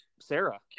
Sarah